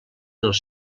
els